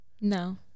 No